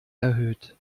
erhöht